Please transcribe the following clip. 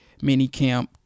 minicamp